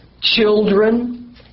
children